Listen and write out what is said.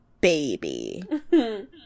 baby